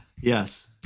yes